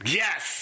yes